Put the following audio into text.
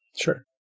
Sure